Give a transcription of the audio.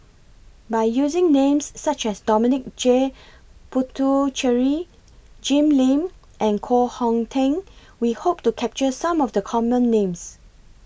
By using Names such as Dominic J Puthucheary Jim Lim and Koh Hong Teng We Hope to capture Some of The Common Names